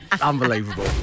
Unbelievable